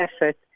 effort